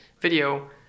video